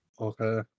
Okay